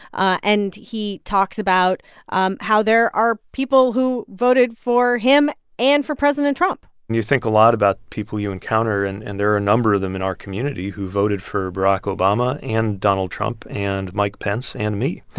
ah and he talks about um how there are people who voted for him and for president trump you think a lot about people you encounter, and and there are a number of them in our community who voted for barack obama and donald trump and mike pence and me.